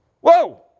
Whoa